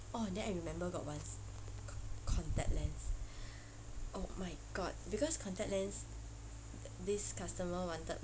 orh then I remember got once c~ contact lens oh my god because contact lens this customer wanted